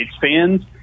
fans